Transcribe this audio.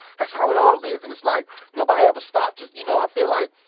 that's how it all is, and it's like nobody ever stops. you know i feel like,